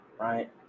right